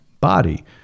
body